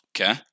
Okay